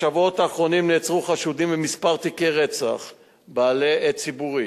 בשבועות האחרונים נעצרו חשודים במספר תיקי רצח בעלי הד ציבורי: